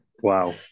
Wow